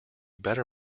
better